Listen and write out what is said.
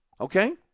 Okay